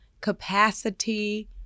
capacity